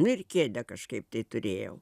nu ir kėdę kažkaip tai turėjau